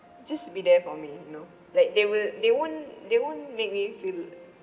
just be there for me you know like they will they won't they won't make me feel